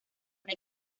una